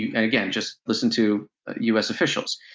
yeah and again, just listen to us officials.